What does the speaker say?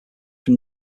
from